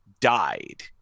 Died